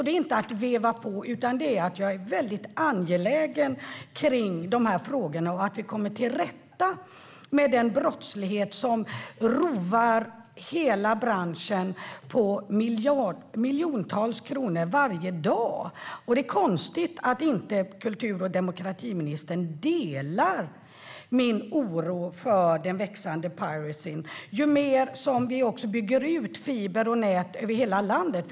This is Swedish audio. Det är inte att veva på. Jag är angelägen om att vi kommer till rätta med den brottslighet som innebär ett rov på miljontals kronor varje dag från hela branschen. Det är konstigt att kultur och demokratiministern inte delar min oro för denna växande piracy ju mer fiber och nät byggs ut över hela landet.